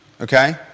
Okay